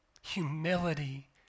Humility